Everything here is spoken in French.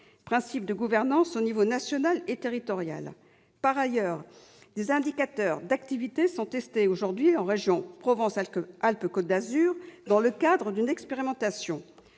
principes de gouvernance à l'échelon national et territorial. Par ailleurs, des indicateurs d'activité sont testés en région Provence-Alpes-Côte d'Azur dans le cadre d'une expérimentation.